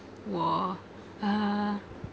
!wah! uh